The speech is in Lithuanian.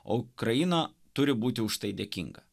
o ukraina turi būti už tai dėkinga